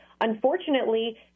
unfortunately